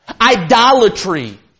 Idolatry